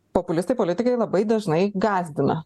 populistai politikai labai dažnai gąsdina